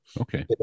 Okay